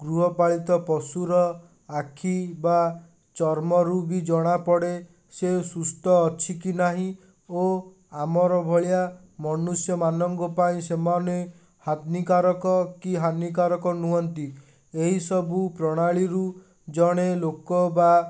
ଗୃହପାଳିତ ପଶୁର ଆଖି ବା ଚର୍ମରୁ ବି ଜଣାପଡ଼େ ସେ ସୁସ୍ଥ ଅଛି କି ନାହିଁ ଓ ଆମର ଭଳିଆ ମନୁଷ୍ୟମାନଙ୍କ ପାଇଁ ସେମାନେ ହାନିକାରକ କି ହାନିକାରକ ନୁହନ୍ତି ଏଇସବୁ ପ୍ରଣାଳୀ ରୁ ଜଣେ ଲୋକ ବା